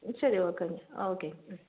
சரி ஓகேங்க ஆ ஓகேங்க ம்